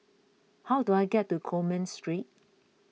how do I get to Coleman Street